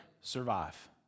survive